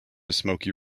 smokey